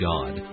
God